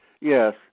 Yes